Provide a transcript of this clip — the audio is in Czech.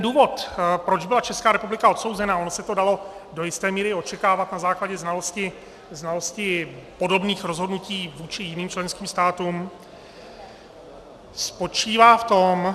Důvod, proč byla Česká republika odsouzena, ono se to dalo do jisté míry očekávat na základě znalostí podobných rozhodnutí vůči jiným členským státům, spočívá v tom...